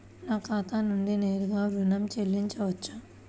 నా ఖాతా నుండి నేరుగా ఋణం చెల్లించవచ్చా?